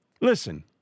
Listen